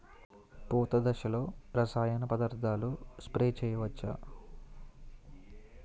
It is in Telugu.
పూత దశలో రసాయన పదార్థాలు స్ప్రే చేయచ్చ?